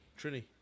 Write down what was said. Trini